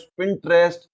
Pinterest